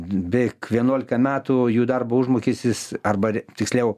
beveik vienuolika metų jų darbo užmokestis arba tiksliau